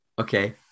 okay